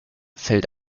fällt